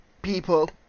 people